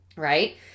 Right